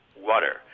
water